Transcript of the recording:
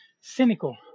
cynical